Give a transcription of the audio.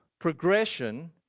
progression